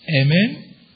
amen